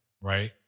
right